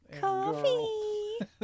coffee